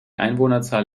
einwohnerzahl